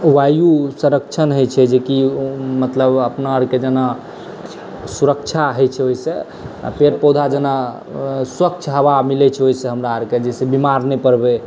वायु संरक्षण होइत छै जेकि मतलब अपना आरकेँ जेना सुरक्षा होइत छै ओहिसँ आ पेड़ पौधा जेना स्वच्छ हवा मिलैत छै ओहिसँ हमरा आरकेँ जाहिसँ कि बीमार नहि पड़बै